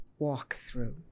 walkthrough